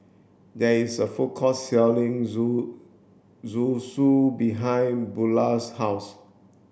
there is a food court selling zoo Zosui behind Bula's house